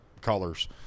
colors